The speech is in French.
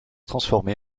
transformée